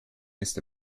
ist